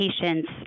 patient's